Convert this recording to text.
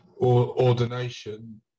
ordination